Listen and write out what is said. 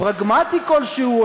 פרגמטי כלשהו,